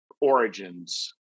origins